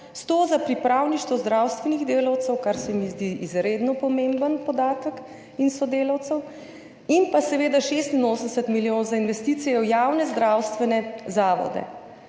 100 za pripravništvo zdravstvenih delavcev in sodelavcev, kar se mi zdi izredno pomemben podatek, in pa seveda 86 milijonov za investicije v javne zdravstvene zavode.